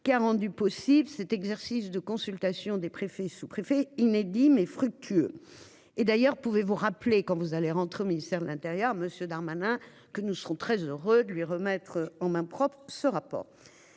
qui a rendu possible cet exercice de consultation des préfets sous-préfets inédit mais fructueux. Et d'ailleurs. Pouvez-vous rappeler quand vous allez rentrer au ministère de l'Intérieur monsieur Darmanin que nous serons très heureux de lui remettre en mains propres. Ce rapport